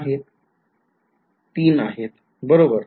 ३ आहेत बरोबर